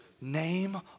name